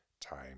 time